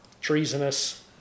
treasonous